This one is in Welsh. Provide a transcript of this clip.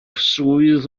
swydd